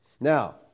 Now